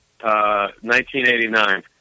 1989